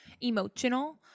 emotional